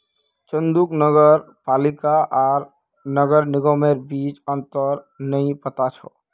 चंदूक नगर पालिका आर नगर निगमेर बीच अंतर नइ पता छ